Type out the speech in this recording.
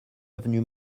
avenue